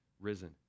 risen